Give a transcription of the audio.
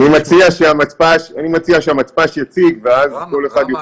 אני מציע שהמתפ"ש יציג ואז כל אחד יוכל